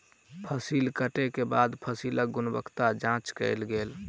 फसिल कटै के बाद फसिलक गुणवत्ताक जांच कयल गेल